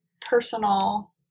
Personal